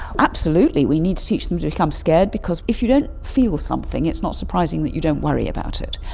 absolutely we need to teach them to become scared because if you don't feel something it's not surprising that you don't worry about it.